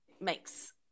makes